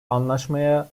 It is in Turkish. anlaşmaya